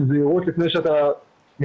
דורש איזושהי מידה של זהירות לפני שאתה מצליח,